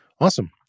Awesome